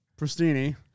Pristini